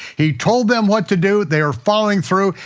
he told them what to do, they are following through,